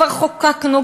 כבר חוקקנו,